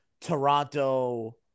Toronto